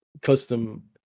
custom